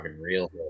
real